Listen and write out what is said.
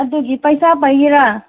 ꯑꯗꯨꯒꯤ ꯄꯩꯁꯥ ꯄꯥꯏꯒꯦꯔꯥ